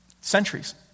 centuries